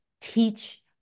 teach